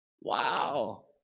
Wow